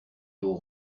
dos